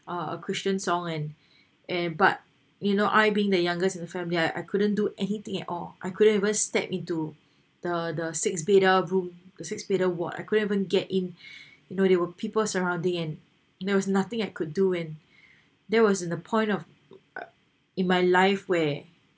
a a christian song and and but you know I being the youngest in the family I couldn't do anything at all I could ever step into the the sixth bedder room the six bedder ward I couldn't even get in you know there were people surrounding and you know there's nothing I could do when there was in a point of in my life where